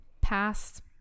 past